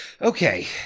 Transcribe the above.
Okay